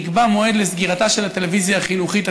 נקבע מועד לסגירתה של הטלוויזיה החינוכית,